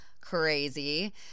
crazy